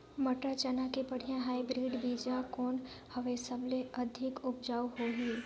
मटर, चना के बढ़िया हाईब्रिड बीजा कौन हवय? सबले अधिक उपज होही?